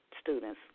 students